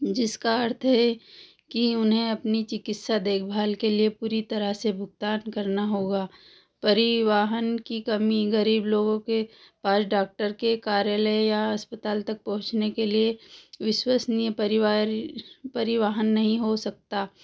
जिसका अर्थ है कि उन्हें अपनी चिकित्सा देखभाल के लिए पूरी तरह से भुगतान करना होगा परिवहन की कमी गरीब लोगों के पास डॉक्टर के कार्यालय या अस्पताल तक पहुँचने के लिए विश्वसनीय परिवार परिवहन नहीं हो सकता